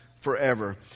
forever